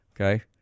okay